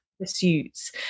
pursuits